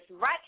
right